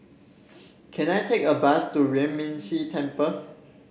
can I take a bus to Yuan Ming Si Temple